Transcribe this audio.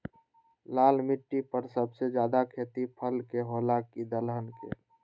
लाल मिट्टी पर सबसे ज्यादा खेती फल के होला की दलहन के?